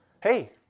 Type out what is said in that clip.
hey